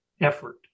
effort